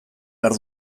behar